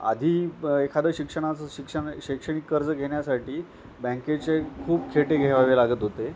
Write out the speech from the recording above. आधी ब् एखादं शिक्षणाचं शिक्षण शैक्षणिक कर्ज घेण्यासाठी बँकेचे खूप खेटे घ्येवावे लागत होते